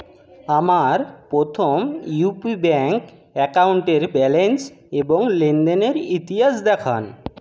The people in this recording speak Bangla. আমার প্রথম ইউ পি ব্যাংক অ্যাকাউন্টের ব্যালেন্স এবং লেনদেনের ইতিহাস দেখান